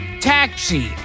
Taxi